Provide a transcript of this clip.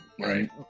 Right